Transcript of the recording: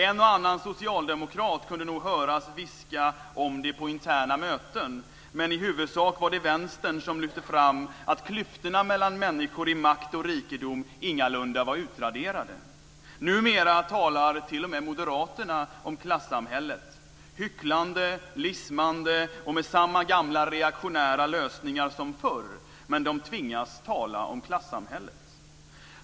En och annan socialdemokrat kunde nog höras viska om det på interna möten, men i huvudsak var det Vänstern som lyfte fram att klyftorna mellan människor i makt och rikedom ingalunda var utraderade. Numera talar t.o.m. moderater om klassklyftorna - hycklande, lismande och med samma gamla reaktionära lösningar som förr, men de tvingas tala om klassamhället.